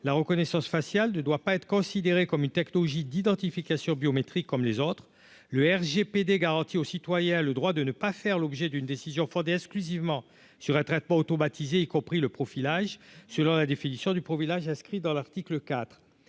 la reconnaissance faciale ne doit pas être considéré comme une technologie d'identification biométriques comme les autres, le RGPD garantit aux citoyens le droit de ne pas faire l'objet d'une décision fondée exclusivement sur un traitement automatisé, y compris le profilage selon la définition du profilage inscrit dans l'article IV